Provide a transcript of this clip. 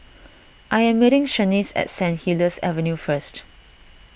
I am meeting Shaniece at Saint Helier's Avenue first